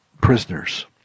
prisoners